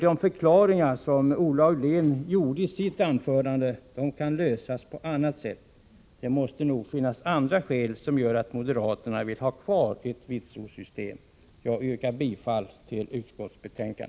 De invändningar som Olle Aulin kom med i sitt anförande kan bemötas på annat sätt. Det måste finnas andra skäl som gör att moderaterna vill ha kvar ett vitsordssystem. Jag yrkar bifall till utskottes hemställan.